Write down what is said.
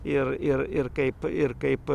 ir ir ir kaip ir kaip